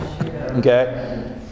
Okay